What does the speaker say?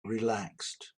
relaxed